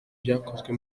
byakozwe